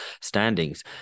standings